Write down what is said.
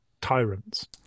tyrants